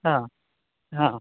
ହଁ ହଁ